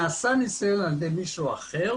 נעשה ניסיון על ידי מישהו אחר